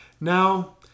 now